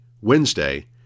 Wednesday